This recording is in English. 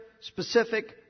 specific